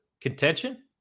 contention